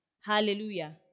Hallelujah